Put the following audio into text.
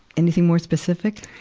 anything more specific?